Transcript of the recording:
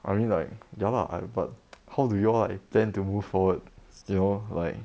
I mean like ya lah I but how do you all like plan to move forward you all like